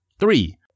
Three